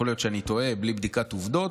יכול להיות שאני טועה, בלי בדיקת עובדות,